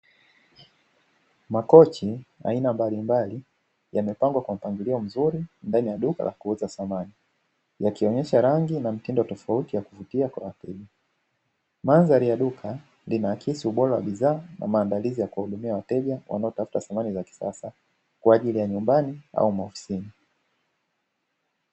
Makochi aina mbalimbali yamepangwa kwa mpangilio mzuri ndani ya duka la kuuza samani, yakionyesha rangi na mtindo tofauti ya kuvutia kwa akili. Mandhari ya duka linaakisi ubora wa bidhaa na maandalizi ya kuwahudumia wateja wanaotafuta samani za kisasa kwa ajili ya nyumbani au maofisini.